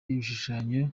igishushanyo